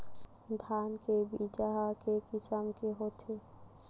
धान के बीजा ह के किसम के होथे?